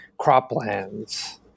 croplands